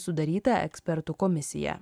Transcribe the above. sudaryta ekspertų komisija